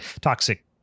toxic